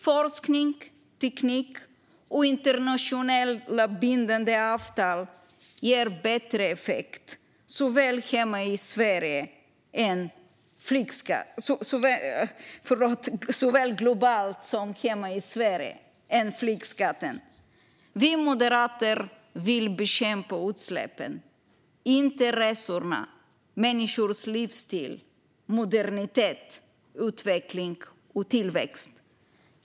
Forskning, teknik och internationella bindande avtal ger bättre effekt än flygskatten såväl globalt som hemma i Sverige. Vi moderater vill bekämpa utsläppen, inte resorna, människors livsstil, modernitet, utveckling och tillväxt.